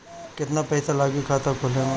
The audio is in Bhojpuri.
केतना पइसा लागी खाता खोले में?